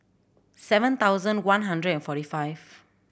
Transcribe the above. seven thousand one hundred and forty five